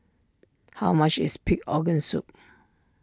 how much is Pig Organ Soup